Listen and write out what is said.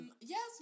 Yes